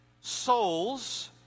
Souls